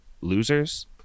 losers